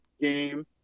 game